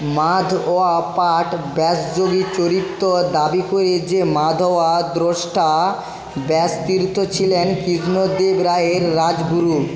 মাধওয়া পাঠ ব্যাসযোগীর চরিত্র দাবি যে মাধওয়া দ্রষ্টা ব্যাসতীর্থ ছিলেন কৃষ্ণদেব রায়ের রাজগুরু